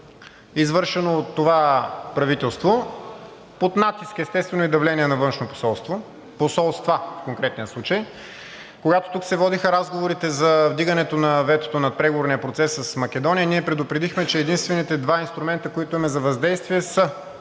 извършено от това правителство под натиск, естествено, и давление на външно посолство, посолства, в конкретния случай. Когато тук се водеха разговорите за вдигането на ветото на преговорния процес с Македония, ние предупредихме, че единствените два инструмента, които имаме за въздействие, са: